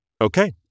Okay